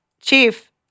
chief